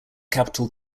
capital